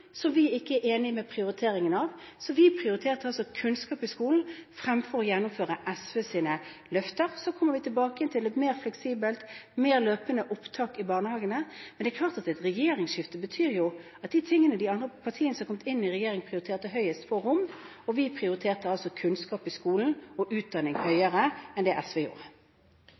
som vi ikke er enig i, så vi prioriterte altså kunnskap i skolen fremfor å gjennomføre SVs løfter. Så kommer vi tilbake til et mer fleksibelt, mer løpende opptak i barnehagene. Men det er klart at et regjeringsskifte betyr jo at de tingene de partiene som er kommet inn i regjering, prioriterte høyeste, får rom. Og vi prioriterte altså kunnskap i skolen og utdanning høyere enn det SV gjorde.